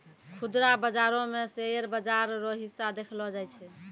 खुदरा बाजारो मे शेयर बाजार रो हिस्सा देखलो जाय छै